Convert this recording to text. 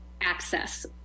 access